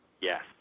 Yes